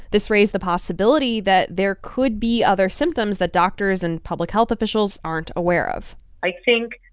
this raised the possibility that there could be other symptoms that doctors and public health officials aren't aware of i think,